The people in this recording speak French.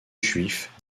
juifs